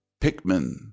Pikmin